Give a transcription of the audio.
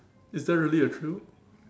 is there really a thrill